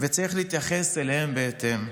וצריך להתייחס אליהם בהתאם.